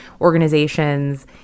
organizations